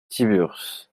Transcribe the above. tiburce